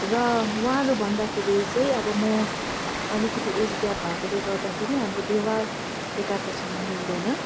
र उहाँहरू भन्दाखेरि चाहिँ अब म अलिकति एज ग्याप भएकोले गर्दाखेरि हाम्रो व्यवहार एकार्कासँग मिल्दैन